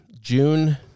June